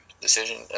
decision